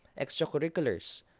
extracurriculars